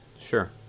Sure